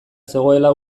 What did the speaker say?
zegoela